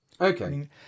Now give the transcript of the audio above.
Okay